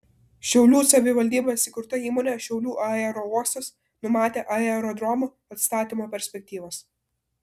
šiaulių savivaldybės įkurta įmonė šiaulių aerouostas numatė aerodromo atstatymo perspektyvas